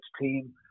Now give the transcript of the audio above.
team